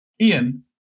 Ian